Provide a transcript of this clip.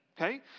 okay